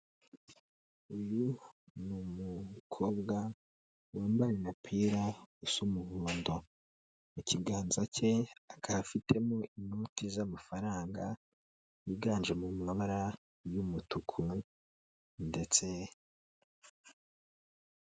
Uyu ni umukobwa wambaye umupira usa umuhondo. Mu kiganza cye akaba afitemo inoti z'amafaranga, yiganje mu mabara y'umutuku ndetse